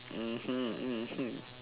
mmhmm mmhmm